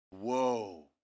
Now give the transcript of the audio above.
Whoa